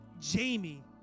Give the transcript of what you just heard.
Jamie